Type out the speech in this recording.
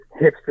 hipster